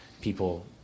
people